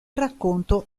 racconto